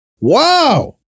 Wow